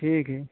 ठीक है